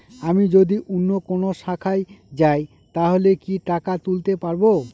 আমি যদি অন্য কোনো শাখায় যাই তাহলে কি টাকা তুলতে পারব?